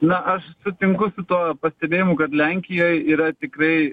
na aš sutinku su tuo pastebėjimu kad lenkijoj yra tikrai